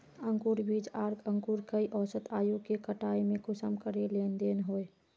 अंकूर बीज आर अंकूर कई औसत आयु के कटाई में कुंसम करे लेन देन होए?